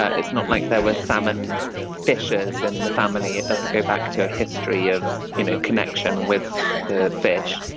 ah it's not like there were salmon fishers in the family it doesn't go back to a history of you know connection with the fish.